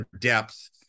depth